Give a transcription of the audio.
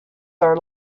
are